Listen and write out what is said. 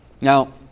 Now